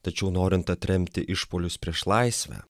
tačiau norint atremti išpuolius prieš laisvę